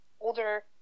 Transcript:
older